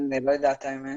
האמת,